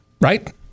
Right